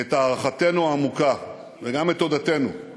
את הערכתנו העמוקה וגם את תודתנו על